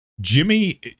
Jimmy